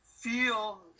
feel